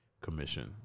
commission